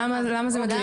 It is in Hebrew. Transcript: למה זה מדויק?